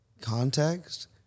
context